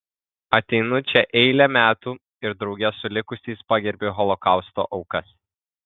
ateinu čia eilę metų ir drauge su likusiais pagerbiu holokausto aukas